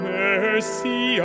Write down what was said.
mercy